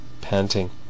panting